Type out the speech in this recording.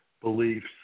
beliefs